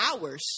hours